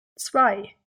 zwei